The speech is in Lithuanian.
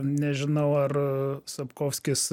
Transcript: nežinau ar sapkovskis